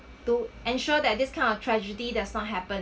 to ensure that this kind of tragedy does not happen